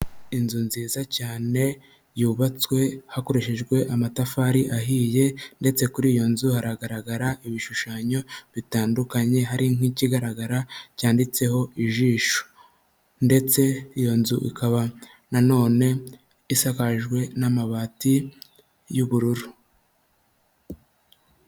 Inzu nziza cyane yubatswe hakoreshejwe amatafari ahiye, ndetse kuri iyo nzu haragaragara ibishushanyo bitandukanye. Hari nk'ikigaragara cyanditseho ijisho, ndetse iyo nzu ikaba na none isakajwe n'amabati y'ubururu.